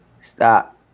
Stop